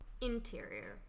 Interior